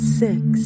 six